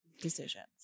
decisions